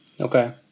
Okay